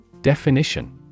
Definition